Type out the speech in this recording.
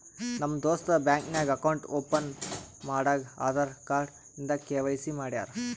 ನಮ್ ದೋಸ್ತ ಬ್ಯಾಂಕ್ ನಾಗ್ ಅಕೌಂಟ್ ಓಪನ್ ಮಾಡಾಗ್ ಆಧಾರ್ ಕಾರ್ಡ್ ಇಂದ ಕೆ.ವೈ.ಸಿ ಮಾಡ್ಯಾರ್